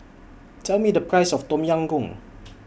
Tell Me The Price of Tom Yam Goong